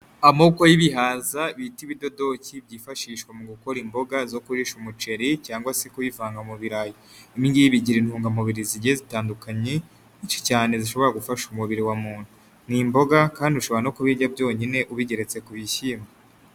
Amoko y'ibihaza bita ibidodoki byifashishwa mu gukora imboga zo kurisha umuceri cyangwa se kuvanga mu birarayi, ibi ngibi bigira intungamubiri zigiye zitandukanye nyinshi cyane zishobora gufasha umubiri wa muntu, ni imboga kandi ushobora no kubirya byonyine ubigeretse ku bishyimbo.